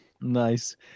Nice